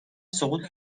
سقوط